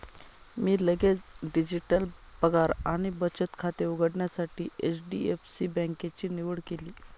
मी लगेच डिजिटल पगार आणि बचत खाते उघडण्यासाठी एच.डी.एफ.सी बँकेची निवड केली